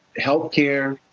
health care,